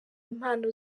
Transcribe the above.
impano